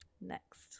next